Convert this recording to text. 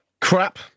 Crap